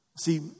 See